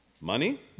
Money